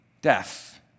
death